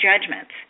judgments